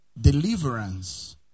deliverance